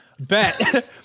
bet